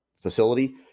facility